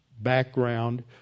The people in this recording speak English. background